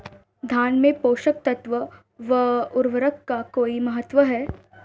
धान में पोषक तत्वों व उर्वरक का कोई महत्व है?